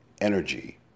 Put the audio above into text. energy